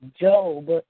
Job